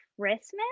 Christmas